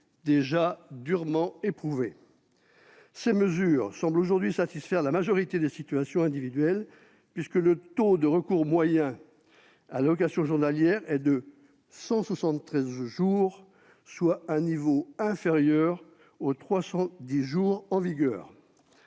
déjà durement éprouvés. Ces mesures semblent aujourd'hui satisfaire la majorité des situations individuelles, puisque le taux de recours moyen à l'allocation journalière de présence parentale est de 173 jours, soit un niveau inférieur au plafond de 310 jours en vigueur.